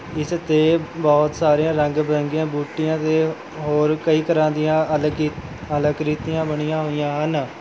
ਇਸ 'ਤੇ ਬਹੁਤ ਸਾਰੀਆਂ ਰੰਗ ਬਰੰਗੀਆਂ ਬੂਟੀਆਂ ਅਤੇ ਹੋਰ ਕਈ ਤਰ੍ਹਾਂ ਦੀਆਂ ਅਲਕੀ ਅਲਕ੍ਰਿਤੀਆਂ ਬਣੀਆਂ ਹੋਈਆਂ ਹਨ